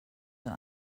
den